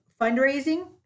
fundraising